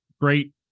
great